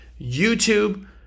YouTube